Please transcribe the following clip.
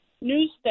news